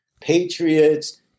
patriots